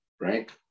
right